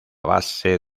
base